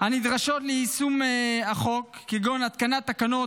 הנדרשות ליישום החוק כגון התקנת תקנות